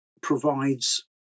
provides